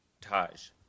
Taj